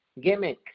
gimmick